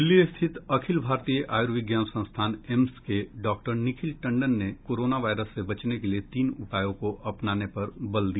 दिल्ली स्थित अखिल भारतीय आयुर्विज्ञान संस्थान एम्स के डॉक्टर निखिल टंडन ने कोरोना वायरस से बचने के लिए तीन उपायों को अपनाने पर बल दिया